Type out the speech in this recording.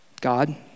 God